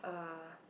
uh